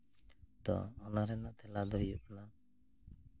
ᱛᱚ ᱚᱱᱟ ᱨᱮᱱᱟᱜ ᱛᱮᱞᱟ ᱫᱚ ᱦᱩᱭᱩᱜ ᱠᱟᱱᱟ